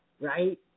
right